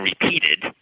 repeated